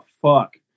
fuck